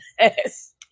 Yes